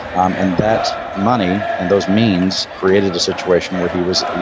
um and that money and those means created a situation where he was, you